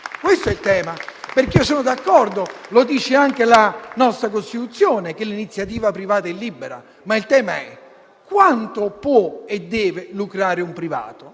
Questo è il tema. Sono d'accordo - lo dice anche la nostra Costituzione - sul fatto che l'iniziativa privata è libera, ma il tema è quanto può e deve lucrare un privato.